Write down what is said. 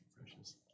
precious